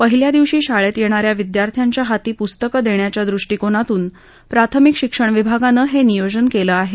पहिल्या दिवशी शाळेत येणाऱ्या विद्यार्थ्यांच्या हाती पुस्तकं देण्याच्या दृष्टीकोनातून प्राथमिक शिक्षण विभागानं हे नियोजन केलं आहे